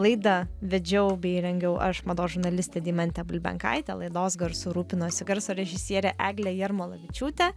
laidą vedžiau bei rengiau aš mados žurnalistė deimantė bulbenkaitė laidos garsu rūpinosi garso režisierė eglė jarmolavičiūtė